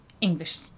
English